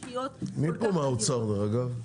מי פה מהאוצר, דרך אגב?